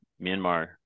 Myanmar